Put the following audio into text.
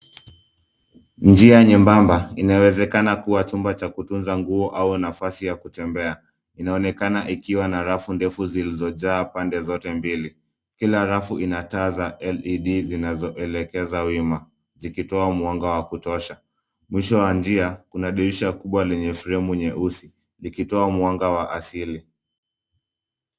Njia nyembamba inawezekana kuwa chumba cha kutunza nguo au nafasi ya kutembea inaonekana ikiwa na rafu ndefu zilizojaa pande zote mbili. Kila rafu ina taa za led zinazoelekeza wima zikitoa mwanga wa kutosha. Mwisho wa njia kuna dirisha kubwa lenye fremu nyeusi ikitoa mwanga wa asili.